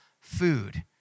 food